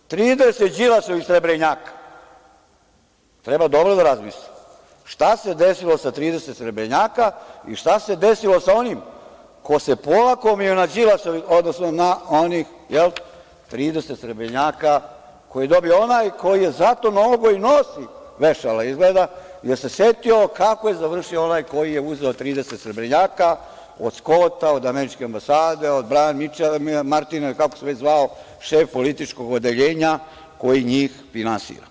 Dakle, 30 Đilasovih srebrenjaka, treba dobro da se razmisli šta se desilo sa 30 srebrenjaka i šta se desilo sa onim ko se polakomio na Đilasa, odnosno na 30 srebrenjaka koje je dobio onaj koji, zato Nogo i nosi vešala izgleda, jer se setio kako je završio onaj koji je uzeo 30 srebrenjaka od Skota, od Američke ambasade, od Mičela, kako se već zvao šef političkog odeljenja, koji njih finansira.